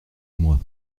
moi